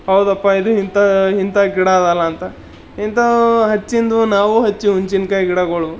ಹೌದಪ್ಪಾ ಇದು ಇಂಥವು ಇಂಥಾ ಗಿಡದಲ್ಲಂತ ಇಂಥವು ಹಚ್ಚಿದ್ದು ನಾವು ಹಚ್ಚಿವು ಹುಣ್ಸಿನ್ ಕಾಯಿ ಗಿಡಗಳು